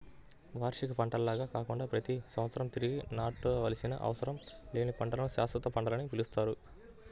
వార్షిక పంటల్లాగా కాకుండా ప్రతి సంవత్సరం తిరిగి నాటవలసిన అవసరం లేని పంటలను శాశ్వత పంటలని పిలుస్తారు